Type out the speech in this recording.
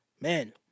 man